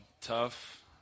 Tough